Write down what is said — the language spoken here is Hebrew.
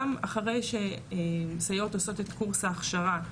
גם אחרי שסייעות עושות את קורס ההכשרה,